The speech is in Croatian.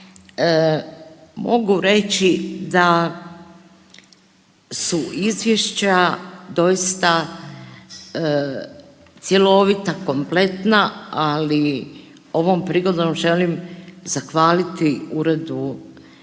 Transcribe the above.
mogu reći da su izvješća doista cjelovita, kompletna ali ovom prigodom želim zahvaliti Uredu što